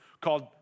called